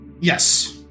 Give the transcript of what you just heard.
Yes